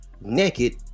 naked